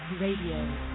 Radio